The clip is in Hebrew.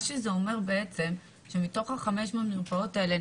זה אומר שמתוך ה-500 מרפאות האלה,